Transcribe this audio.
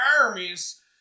armies